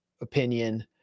opinion